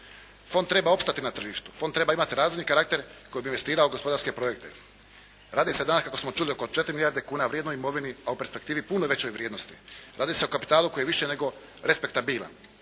Fond treba opstati na tržištu. Fond treba imati razvojni karakter koji bi investirao gospodarske projekte. Radi se danas kako smo čuli oko 4 milijarde kuna vrijednoj imovini, a u perspektivi puno većoj vrijednosti. Radi se o kapitalu koji je više nego respektabilan.